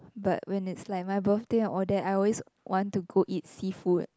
but when it's like my birthday and all that I always want to go eat seafood